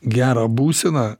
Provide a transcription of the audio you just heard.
gerą būseną